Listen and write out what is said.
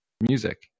music